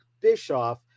Bischoff